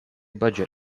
budget